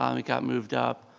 um it got moved up,